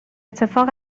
اتفاق